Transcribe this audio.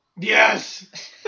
Yes